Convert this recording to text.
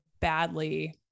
badly